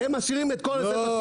הם משאירים את כל --- לא,